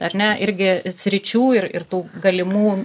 ar ne irgi sričių ir ir tų galimų